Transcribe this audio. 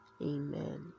Amen